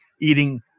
eating